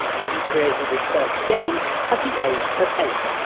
and he created his first game at the age of eight,